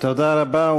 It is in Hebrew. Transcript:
תודה רבה,